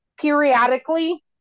periodically